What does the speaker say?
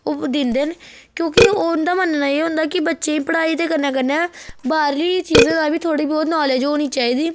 दिंदे न क्योंकि उंदा मन्नना एह् होंदा कि बच्चें गी पढ़ाई दे कन्नै कन्नै बाह्रली चीजें दा बी थोह्ड़ी बहुत नॉलेज होनी चाहिदी